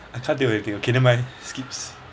I can't think of anything okay never mind skips